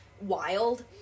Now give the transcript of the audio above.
wild